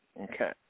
okay